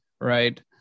right